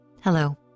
hello